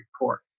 report